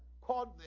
called